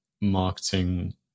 marketing